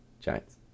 Giants